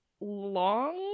long